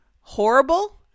horrible